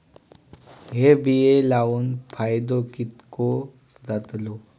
हे बिये लाऊन फायदो कितको जातलो?